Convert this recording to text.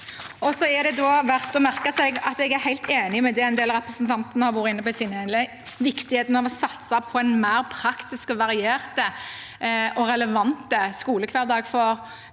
Det er verdt å merke seg at jeg er helt enig i det en del av representantene har vært inne på i sine innlegg: viktigheten av å satse på en mer praktisk, variert og relevant skolehverdag for